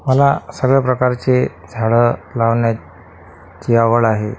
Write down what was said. मला सगळ्या प्रकारचे झाडं लावण्याची आवड आहे